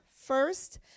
first